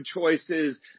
choices